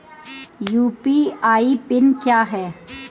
UPI PIN क्या है?